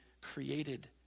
created